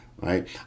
right